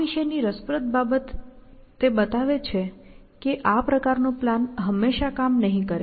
આ વિશેની રસપ્રદ બાબત કે તે બતાવે છે કે આ પ્રકારનો પ્લાન હંમેશા કામ નહીં કરે